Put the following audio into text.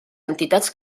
entitats